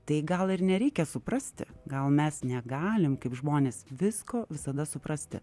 tai gal ir nereikia suprasti gal mes negalim kaip žmonės visko visada suprasti